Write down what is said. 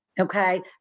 Okay